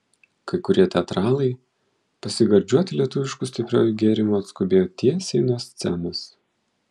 kai kurie teatralai pasigardžiuoti lietuvišku stipriuoju gėrimu atskubėjo tiesiai nuo scenos